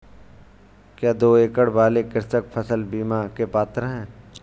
क्या दो एकड़ वाले कृषक फसल बीमा के पात्र हैं?